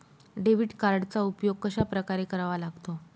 Debit कार्डचा उपयोग कशाप्रकारे करावा लागतो?